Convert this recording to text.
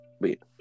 Wait